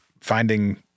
finding